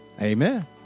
Amen